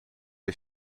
est